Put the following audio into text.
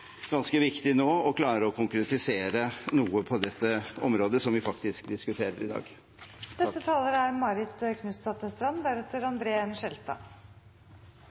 ganske viktig å klare å konkretisere noe på dette området vi diskuterer i dag.